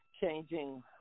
changing